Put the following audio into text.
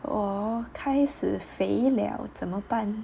我开始肥了怎么办